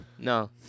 No